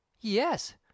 yes